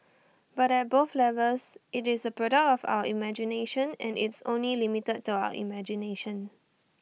but at both levels IT is A product of our imagination and it's only limited to our imagination